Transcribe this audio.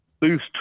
boost